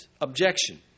objection